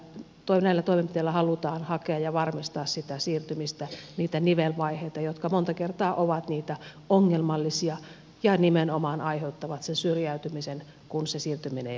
eli näillä toimenpiteillä halutaan hakea ja varmistaa sitä siirtymistä niitä nivelvaiheita jotka monta kertaa ovat niitä ongelmallisia ja nimenomaan ai heuttavat sen syrjäytymisen kun se siirtyminen ei onnistukaan